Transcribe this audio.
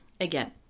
again